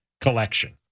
collection